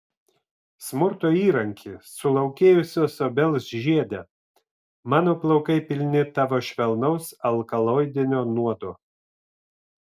smurto įranki sulaukėjusios obels žiede mano plaukai pilni tavo švelnaus alkaloidinio nuodo